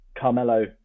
Carmelo